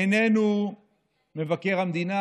איננו מבקר המדינה,